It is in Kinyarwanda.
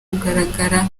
kugaragara